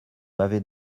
m’avez